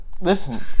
Listen